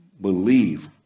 believe